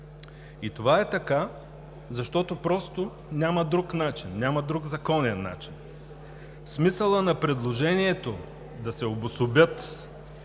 Това е така, защото просто няма друг начин, няма друг законен начин. Смисълът на предложението да се обособят